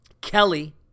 Kelly